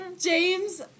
James